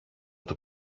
του